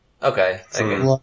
Okay